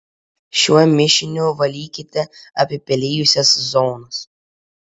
šiuo mišiniu valykite apipelijusias zonas